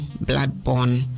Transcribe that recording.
blood-borne